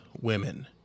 women